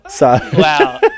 Wow